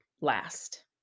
last